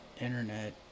Internet